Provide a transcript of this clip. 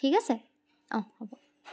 ঠিক আছে অঁ হ'ব